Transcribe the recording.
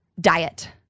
Diet